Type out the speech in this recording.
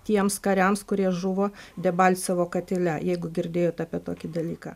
tiems kariams kurie žuvo debalcevo katile jeigu girdėjot apie tokį dalyką